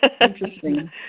Interesting